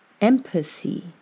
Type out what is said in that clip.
empathy